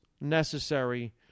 necessary